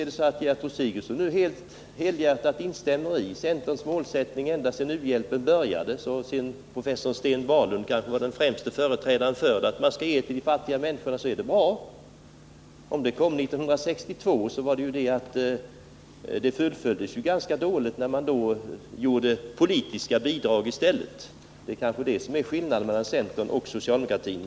Om Gertrud Sigurdsen nu helhjärtat instämmer i centerns målsättning ända sedan u-hjälpen började — professor Sten Wahlund var kanske den främste företrädaren för att vi skall ge hjälp till de fattiga människorna — så är det bra. Även om denna målsättning fastslogs 1962 fullföljdes den ganska dåligt på grund av att man gav politiska bidrag i stället. Det är kanske det som är skillnaden mellan centern och socialdemokratin.